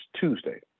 Tuesday